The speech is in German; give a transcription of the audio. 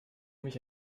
mich